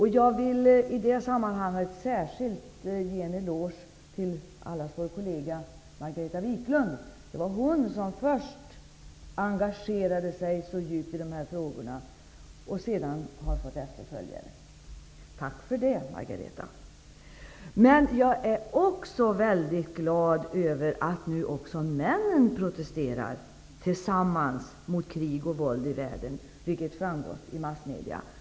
Jag vill i detta sammanhang särskilt ge en eloge till allas vår kollega Margareta Viklund. Det var hon som först engagerade sig så djupt i dessa frågor, och hon har sedan fått efterföljare. Tack för det, Jag är också mycket glad över att nu även männen protesterar tillsammans mot krig och våld i världen, vilket framgått av massmedia.